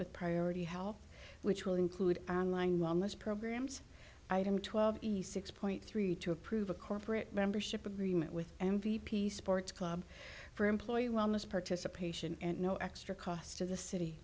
with priority health which will include on line wellness programs item twelve easy six point three to approve a corporate membership agreement with m v p sports club for employee wellness participation and no extra cost to the city